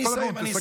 אני אסיים תכף.